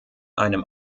einem